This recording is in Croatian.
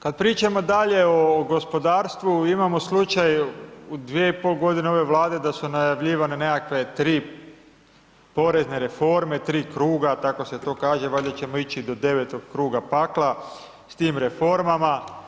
Kada pričamo dalje o gospodarstvu, imamo slučaju u 2,5 godine ove vlade, da su najavljivane nekakve 3 porezne reforme, 3 kruga, tako se to kaže, valjda ćemo ići do 9 kruga pakla s tim reformama.